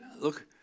Look –